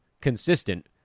consistent